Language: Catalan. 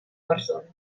persona